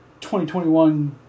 2021